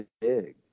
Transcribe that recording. big